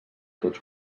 tots